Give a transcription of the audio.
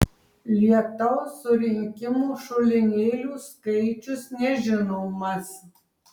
lietaus surinkimo šulinėlių skaičius nežinomas